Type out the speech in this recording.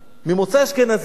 ממוצא אשכנזי.